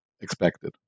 expected